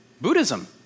Buddhism